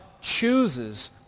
chooses